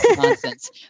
nonsense